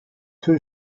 two